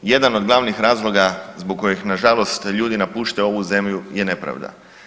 Jedan od glavnih razloga zbog kojih nažalost ljudi napuštaju ovu zemlju je nepravda.